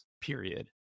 period